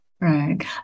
Right